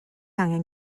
angen